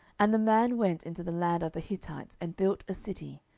and the man went into the land of the hittites, and built a city,